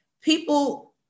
people